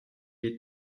est